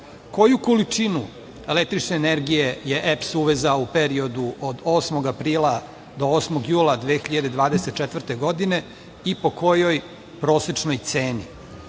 količinu električne energije je EPS uvezao u periodu od 8. aprila do 8. jula 2024. godine i po kojoj prosečnoj ceni?